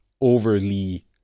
overly